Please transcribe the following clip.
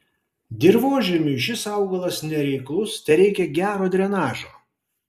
dirvožemiui šis augalas nereiklus tereikia gero drenažo